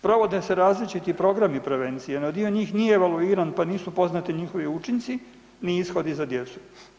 Provode se različiti programi prevencije, no dio njih nije evaluiran pa nisu poznati njihovi učinci ni ishodi za djecu.